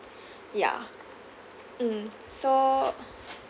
ya mm so